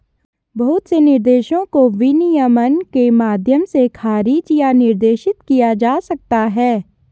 बहुत से निर्देशों को विनियमन के माध्यम से खारिज या निर्देशित किया जा सकता है